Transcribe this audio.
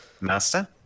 Master